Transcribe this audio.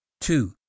Two